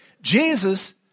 Jesus